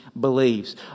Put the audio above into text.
believes